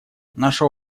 наша